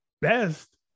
best